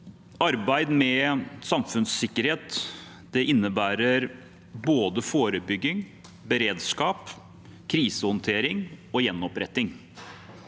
Arbeid med samfunnssikkerhet innebærer både forebygging, beredskap, krisehåndtering og gjenoppretting.